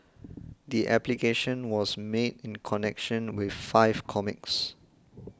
the application was made in connection with five comics